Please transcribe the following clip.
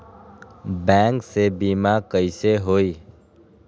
Bank से बिमा कईसे होई?